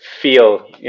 feel